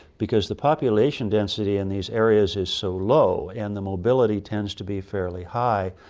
because the population density in these areas is so low and the mobility tends to be fairly high,